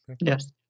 Yes